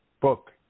book